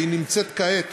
והיא נמצאת כעת